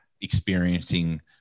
experiencing